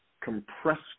compressed